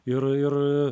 ir ir